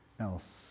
else